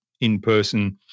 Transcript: in-person